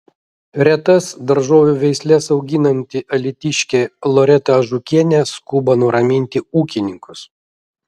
retas daržovių veisles auginanti alytiškė loreta ažukienė skuba nuraminti ūkininkus